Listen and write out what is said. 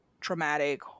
traumatic